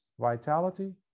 vitality